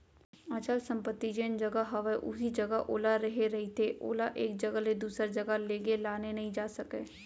अचल संपत्ति जेन जघा हवय उही जघा ओहा रेहे रहिथे ओला एक जघा ले दूसर जघा लेगे लाने नइ जा सकय